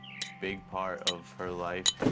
big part of her life.